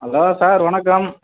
hello sir வணக்கம்